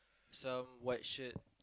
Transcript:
some white shirt